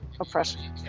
oppression